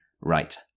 right